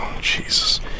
Jesus